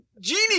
genie